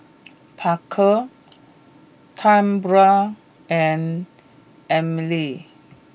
Parker Tambra and Emily